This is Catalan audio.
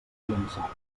llençat